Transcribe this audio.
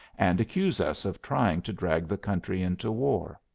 and accuse us of trying to drag the country into war.